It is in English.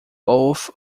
both